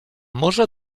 może